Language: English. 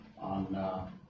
on